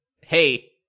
Hey